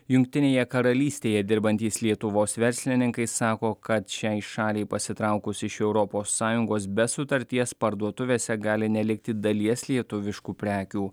jungtinėje karalystėje dirbantys lietuvos verslininkai sako kad šiai šaliai pasitraukus iš europos sąjungos be sutarties parduotuvėse gali nelikti dalies lietuviškų prekių